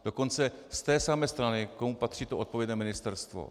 Dokonce z té samé strany, komu patří to odpovědné ministerstvo.